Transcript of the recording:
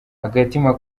agatima